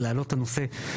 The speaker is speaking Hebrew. רביזיה.